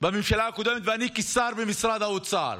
בממשלה הקודמת, אני כשר במשרד האוצר